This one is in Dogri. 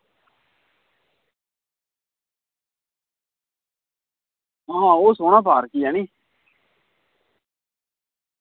आं ओह् सोह्ना पार्क ई ऐनी